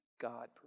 God